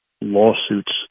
lawsuits